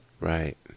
Right